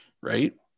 right